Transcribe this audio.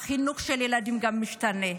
והחינוך של הילדים גם משתנה.